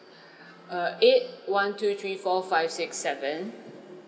uh eight one two three four five six seven